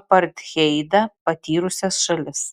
apartheidą patyrusias šalis